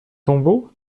tombeau